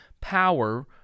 power